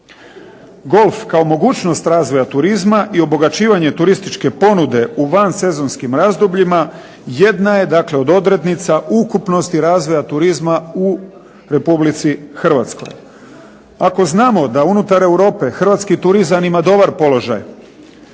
Golf kao mogućnost razvoja turizma i obogaćivanje turističke ponude u vansezonskim razdobljima jedna je od odrednica ukupnosti razvoja turizma u Republici Hrvatskoj. Ako znamo da unutar Europe Hrvatski turizam ima dobar položaj,